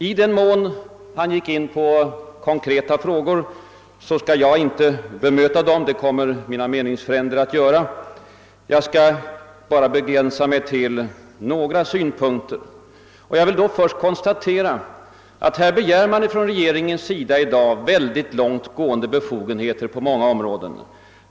I den mån han gick in på konkreta frågor skall jag inte bemöta honom eftersom mina meningsfränder kommer att göra detta. För min del skall jag bara begränsa mig till några få synpunkter. Jag vill först konstatera att regeringen i dag begär synnerligen långt gående befogenheter på många områden.